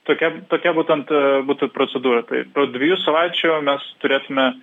tokia tokia būtent būtų procedūra tai po dviejų savaičių mes turėsime